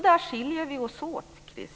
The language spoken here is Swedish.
Där skiljer vi oss åt, Chris